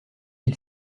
ils